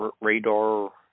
radar